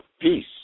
Peace